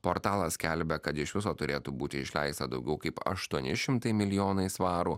portalas skelbia kad iš viso turėtų būti išleista daugiau kaip aštuoni šimtai milijonai svarų